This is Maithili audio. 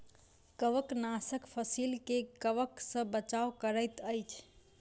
कवकनाशक फसील के कवक सॅ बचाव करैत अछि